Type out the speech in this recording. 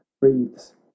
breathes